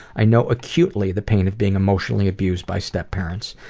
i know acutely the pain of being emotionally abused by stepparents,